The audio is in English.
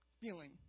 feeling